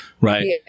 right